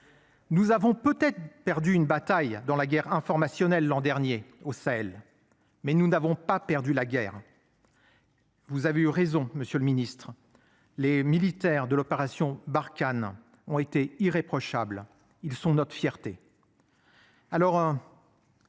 Nous avons peut-être perdu une bataille dans la guerre informationnelle l'an dernier au sel. Mais nous n'avons pas perdu la guerre. Vous avez eu raison. Monsieur le Ministre, les militaires de l'opération Barkhane ont été irréprochable. Ils sont notre fierté.